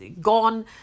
gone